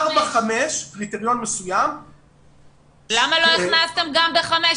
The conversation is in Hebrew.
קריטריון מסוים 5-4. למה לא הכנסתם גם ב-5?